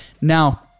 now